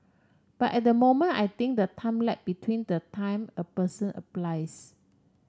but at the moment I think the time lag between the time a person applies